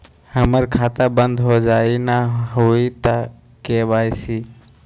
हमर खाता बंद होजाई न हुई त के.वाई.सी?